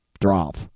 Drop